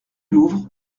louvre